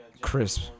crisp